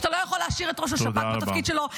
שאתה לא יכול להשאיר את ראש השב"כ בתפקיד שלו -- תודה רבה.